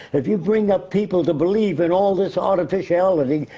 if you bring up people to believe in all this artificiality,